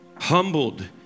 humbled